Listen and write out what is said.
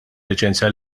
liċenzja